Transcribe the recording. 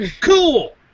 Cool